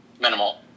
minimal